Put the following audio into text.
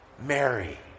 Mary